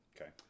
Okay